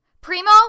Primo